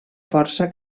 força